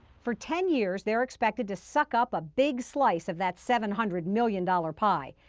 for ten years, they're expected to suck up a big slice of that seven hundred million dollar pie,